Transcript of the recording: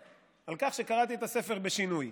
על כך שקראתי את הספר בשינוי.